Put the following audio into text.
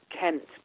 kent